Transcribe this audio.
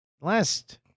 last